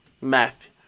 Math